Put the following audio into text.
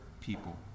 people